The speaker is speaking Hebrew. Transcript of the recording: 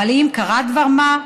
אבל האם קרה דבר מה?